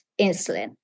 insulin